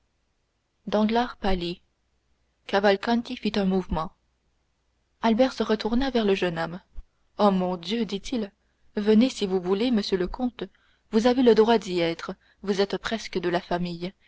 pâlit cavalcanti fit un mouvement albert se retourna vers le jeune homme oh mon dieu dit-il venez si vous voulez monsieur le comte vous avez le droit d'y être vous êtes presque de la famille